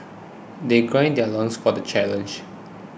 they gird their loins for the challenge